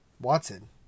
Watson